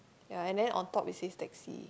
ya and then on top it says taxi